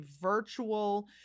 virtual